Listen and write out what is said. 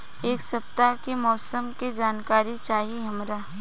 एक सपताह के मौसम के जनाकरी चाही हमरा